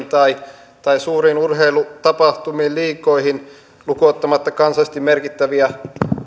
tai tai suuriin urheilutapahtumiin liigoihin lukuun ottamatta kansallisesti merkittäviä